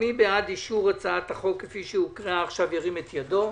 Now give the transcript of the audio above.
מי בעד אישור הצעת החוק כפי שהוקראה עכשיו ירים את ידו.